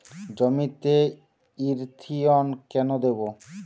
জমিতে ইরথিয়ন কেন দেবো?